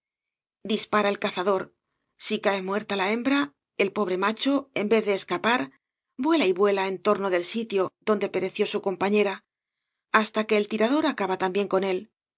dispara el cazador si cae muerta la hembra el pobre macho en vez de escapar vuela y vuela en torno del sitip donde pereció su compañera hasta que el tirador acaba también con él